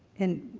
and,